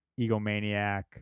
egomaniac